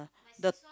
the